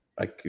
I